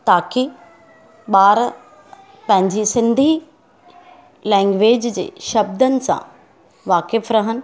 ताकी ॿार पांहिंजे सिंधी लेंग्वेज जे शब्दनि सां वाकुफ़ु रहनि